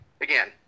again